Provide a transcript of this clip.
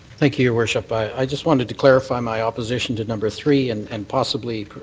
thank you, your worship. i just wanted to clarify my opposition to number three and and possibly